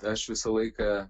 aš visą laiką